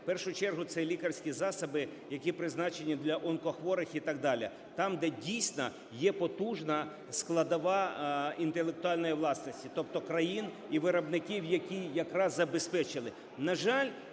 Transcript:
В першу чергу це лікарські засоби, які призначені для онкохворих і так далі. Там, де дійсно є потужна складова інтелектуальної власності, тобто країн і виробників, які якраз забезпечили.